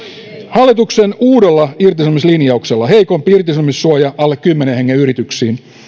hallituksen uudella irtisanomislinjauksella heikompi irtisanomissuoja alle kymmenen hengen yrityksiin